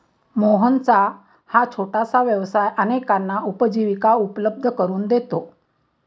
मोहनचा हा छोटासा व्यवसाय अनेकांना उपजीविका उपलब्ध करून देतो